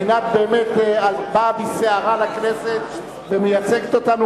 עינת באמת באה בסערה לכנסת ומייצגת אותנו